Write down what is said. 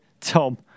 Tom